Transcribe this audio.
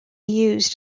used